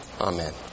Amen